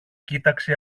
κοίταξε